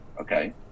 okay